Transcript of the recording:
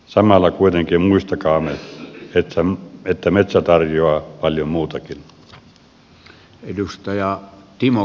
samalla kuitenkin muistakaamme että metsä tarjoaa paljon muutakin